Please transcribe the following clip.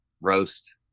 roast